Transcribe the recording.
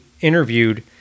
interviewed